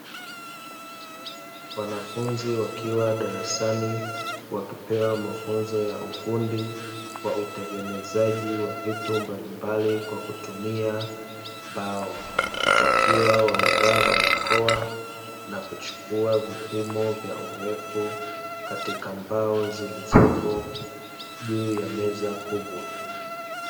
Wanafunzi wakiwa darasani wakipewa mafunzo ya ufundi kwa utengenezaji wa vitu mbalimbali kwa kutumia mbao, wakiwa wamevaa barakoa na kuchukua vipimo vya urefu katika mbao zilizopo juu ya meza kubwa.